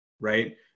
right